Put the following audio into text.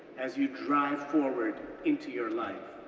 as you drive forward into your life.